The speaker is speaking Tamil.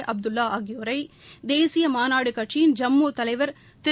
உம் அப்துல்லா ஆகியோரை தேசிய மாநாடு கட்சியின் ஜம்மு தலைவர் திரு